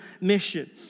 mission